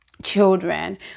children